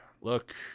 look